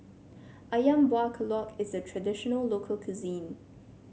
ayam Buah Keluak is a traditional local cuisine